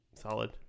Solid